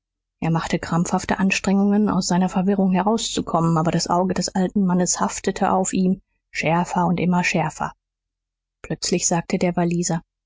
er machte krampfhafte anstrengungen aus seiner verwirrung herauszukommen aber das auge des alten mannes haftete auf ihm schärfer und immer schärfer plötzlich sagte der walliser